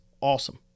awesome